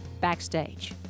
backstage